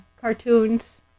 Cartoons